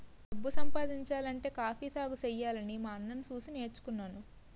డబ్బు సంపాదించాలంటే కాఫీ సాగుసెయ్యాలని మా అన్నని సూసి నేర్చుకున్నాను